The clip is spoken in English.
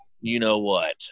you-know-what